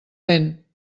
lent